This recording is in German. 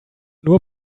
nur